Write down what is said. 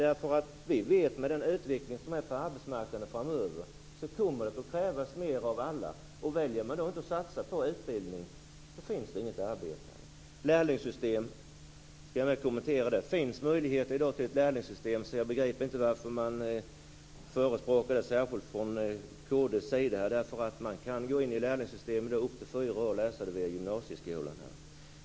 Vi vet att med den utveckling som är på arbetsmarknaden framöver kommer det att krävas mer av alla. Väljer man då inte att satsa på utbildning finns det inte heller något arbete. Jag skall kommentera detta med lärlingssystem också. Det finns möjligheter till ett lärlingssystem i dag. Jag begriper inte varför kd förespråkar det särskilt. Man kan gå in i ett lärlingssystem i upp till fyra år och läsa det via gymnasieskolan.